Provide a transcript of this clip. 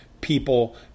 people